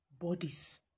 Bodies